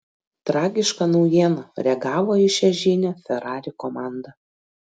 tragiška naujiena reagavo į šią žinią ferrari komanda